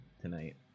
tonight